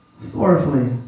sorrowfully